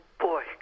boy